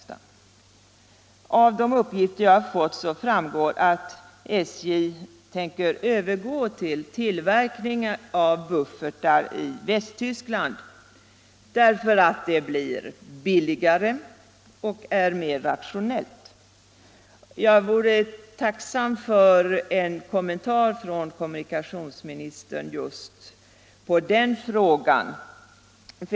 Av de uppgifter jag har fått framgår att SJ tänker övergå till tillverkning av buffertar i Västtyskland, därför att det blir billigare och är mer rationellt. Jag vore tacksam för en kommentar av kommunikationsministern beträffande just den frågan.